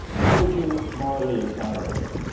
why would you morally exonerate them?